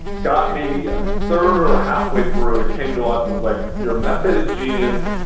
got maybe a third or or halfway through and came to us. and was like, your method is genius.